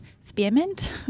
spearmint